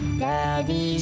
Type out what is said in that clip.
daddy